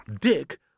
Dick